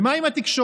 ומה עם התקשורת?